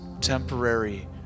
temporary